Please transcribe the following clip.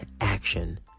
action